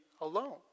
alone